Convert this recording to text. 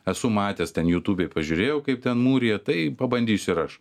esu matęs ten jutūbėj pažiūrėjau kaip ten mūriją tai pabandysiu ir aš